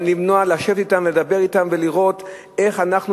לשבת אתם ולדבר אתם ולראות איך אנחנו